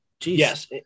Yes